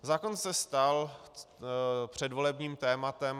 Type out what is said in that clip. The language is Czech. Zákon se stal předvolebním tématem.